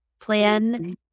plan